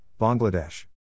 Bangladesh